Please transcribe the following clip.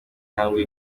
intambwe